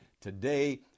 today